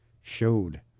showed